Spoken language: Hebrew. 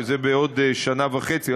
שזה בעוד שנה וחצי,